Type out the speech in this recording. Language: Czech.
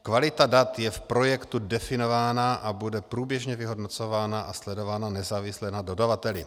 Kvalita dat je v projektu definována a bude průběžně vyhodnocována a sledována nezávisle na dodavateli.